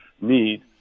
need